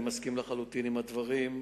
אני מסכים לחלוטין עם הדברים,